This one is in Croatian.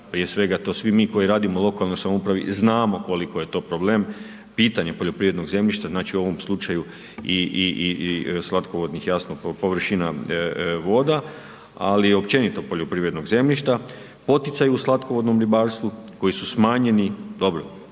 Prije svega to svi mi koji radimo u lokalnoj samoupravi znamo koliko je to problem pitanje poljoprivrednog zemljišta, znači u ovom slučaju i slatkovodnih jasno površina voda, ali i općenito poljoprivrednog zemljišta, poticaji u slatkovodnom ribarstvu koji su smanjeni, dobro,